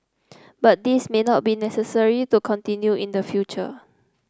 but this may not necessary to continue in the future